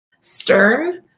stern